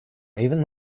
even